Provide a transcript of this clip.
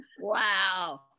Wow